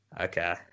Okay